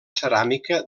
ceràmica